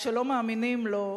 כשלא מאמינים לו,